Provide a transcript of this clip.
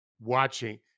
watching